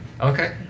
Okay